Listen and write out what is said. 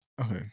okay